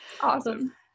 Awesome